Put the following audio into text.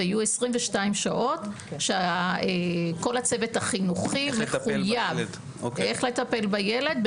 ויהיו 22 שעות שכל הצוות החינוכי מחויב איך לטפל בילד,